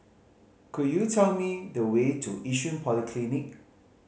could you tell me the way to Yishun Polyclinic